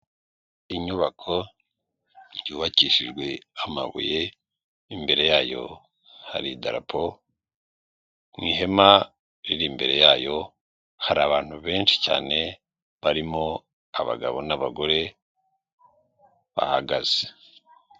Inyubako yubakishijwe amabuye, imbere yayo hari idarapo, mu ihema riri imbere yayo hari abantu benshi cyane barimo abagabo n'abagore bahagaze.